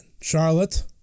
Charlotte